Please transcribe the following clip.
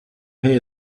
pay